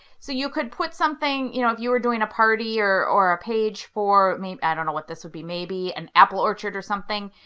so you could put something. you know if you were doing a party or or a page for maybe, i don't know what this would be, maybe an apple orchard or something,